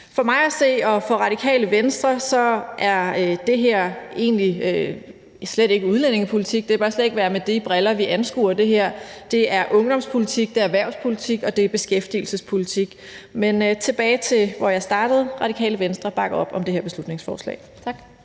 For mig at se og for Radikale Venstre er det her egentlig slet ikke udlændingepolitik; det bør slet ikke være med de briller, vi anskuer det her. Det er ungdomspolitik, det er erhvervspolitik, og det er beskæftigelsespolitik. Men tilbage til, hvor jeg startede: Radikale Venstre bakker op om det her beslutningsforslag. Tak.